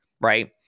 Right